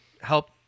help